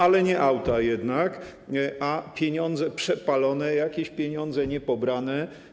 Ale nie auta jednak, a pieniądze przepalone, jakieś pieniądze niepobrane.